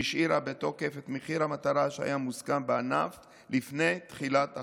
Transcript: שהשאירה בתוקף את מחיר המטרה שהיה מוסכם בענף לפני תחילת החוק,